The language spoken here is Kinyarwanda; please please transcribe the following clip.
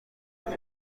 zose